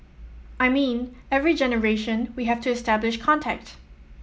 I mean every generation we have to establish contact